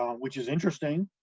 um which is interesting.